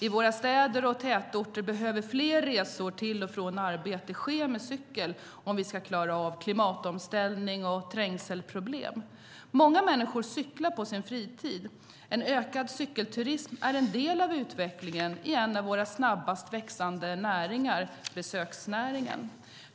I våra städer och tätorter behöver fler resor till och från arbetet ske med cykel, om vi ska klara av klimatomställning och trängselproblem. Många människor cyklar på sin fritid. En ökad cykelturism är en del av utvecklingen i en av våra snabbast växande näringar, besöksnäringen.